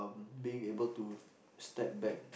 being able to step back